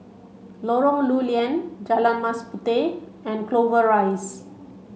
Lorong Lew Lian Jalan Mas Puteh and Clover Rise